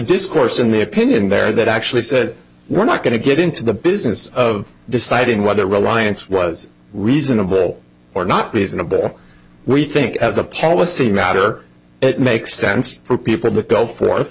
discourse in the opinion there that actually says we're not going to get into the business of deciding whether reliance was reasonable or not reasonable we think as a policy matter it makes sense for people to go forth